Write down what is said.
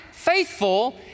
Faithful